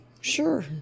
Sure